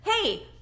hey